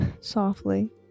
softly